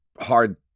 hard